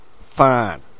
fine